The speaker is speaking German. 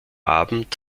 abend